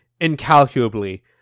incalculably